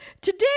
Today